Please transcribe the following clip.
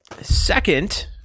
Second